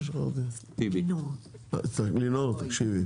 לינור, אני